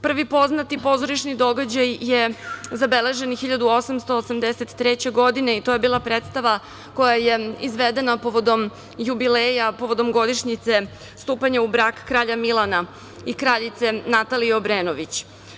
Prvi poznati pozorišni događaj je zabeležen 1883. godine i to je bila predstava koja je izvedena povodom jubileja, povodom godišnjice stupanja u brak kralja Milana i kraljice Natalije Obrenović.